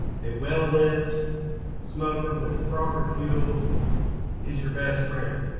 a well-lit smoker with a proper fuel is your best friend.